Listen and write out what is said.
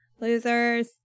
losers